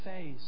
phase